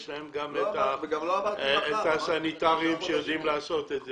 יש להם הסניטרים שיודעים לעשות את זה.